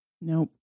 Nope